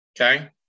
Okay